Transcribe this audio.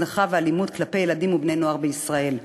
הזנחה ואלימות כלפי ילדים ובני-נוער בישראל.